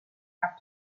have